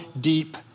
deep